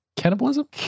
Cannibalism